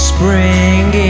Spring